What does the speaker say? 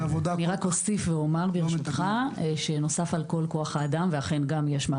אני רק אוסיף שבנוסף על כל כוח האדם ומערך